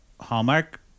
Hallmark